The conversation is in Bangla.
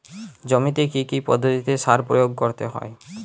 জমিতে কী কী পদ্ধতিতে সার প্রয়োগ করতে হয়?